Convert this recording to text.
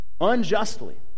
unjustly